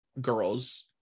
girls